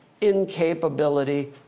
incapability